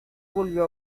volvió